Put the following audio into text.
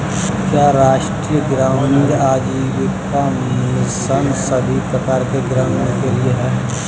क्या राष्ट्रीय ग्रामीण आजीविका मिशन सभी प्रकार के ग्रामीणों के लिए है?